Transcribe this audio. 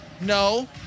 No